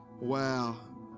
Wow